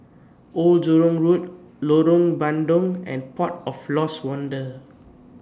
Old Jurong Road Lorong Bandang and Port of Lost Wonder